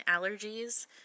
allergies